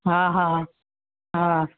हा हा हा